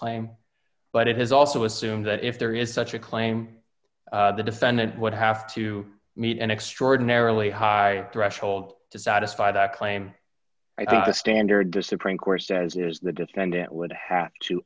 claim but it is also assumed that if there is such a claim the defendant would have to meet an extraordinarily high threshold to satisfy that claim i think the standard the supreme court says use the defendant would have to